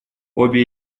обе